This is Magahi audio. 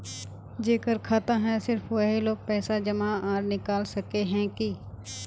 जेकर खाता है सिर्फ वही लोग पैसा जमा आर निकाल सके है की?